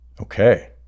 okay